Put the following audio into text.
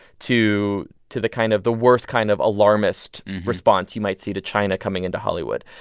to to the kind of the worst kind of alarmist response you might see to china coming into hollywood.